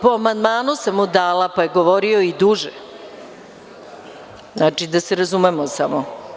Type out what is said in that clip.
Po amandmanu sam mu dala pa je govorio i duže, da se razumemo samo.